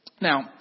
Now